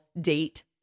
date